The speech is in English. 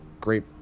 Great